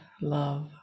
love